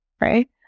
Right